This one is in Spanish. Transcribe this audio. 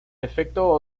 defecto